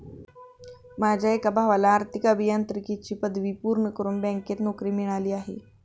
माझ्या एका भावाला आर्थिक अभियांत्रिकीची पदवी पूर्ण करून बँकेत नोकरी मिळाली आहे